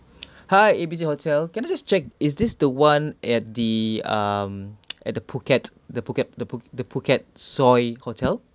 hi A B C hotel can I just check is this the [one] at the um at the phuket the phuket the phuk~ the phuket soi hotel